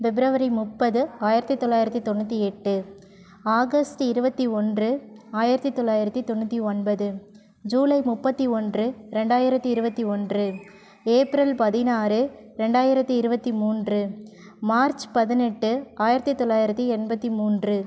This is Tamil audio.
பிப்ரவரி முப்பது ஆயிரத்து தொள்ளாயிரத்தி தொண்ணூற்றி எட்டு ஆகஸ்ட் இருபத்தி ஒன்று ஆயிரத்து தொள்ளாயிரத்து தொண்ணூற்றி ஒன்பது ஜூலை முப்பத்து ஒன்று ரெண்டாயிரத்து இருபத்தி ஒன்று ஏப்ரல் பதினாறு ரெண்டாயிரத்து இருபத்தி மூன்று மார்ச் பதினெட்டு ஆயிரத்து தொள்ளாயிரத்து எண்பத்து மூன்று